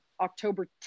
October